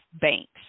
Banks